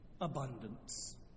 abundance